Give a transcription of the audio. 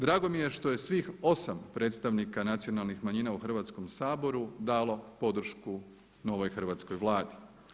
Drago mi je što je svih 8 predstavnika nacionalnih manjina u Hrvatskom saboru dalo podršku novoj hrvatskoj Vladi.